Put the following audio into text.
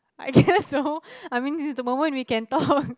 I guess so I mean this is the moment we can talk